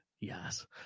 yes